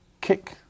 kick